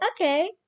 Okay